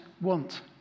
want